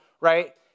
right